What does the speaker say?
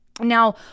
now